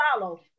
follow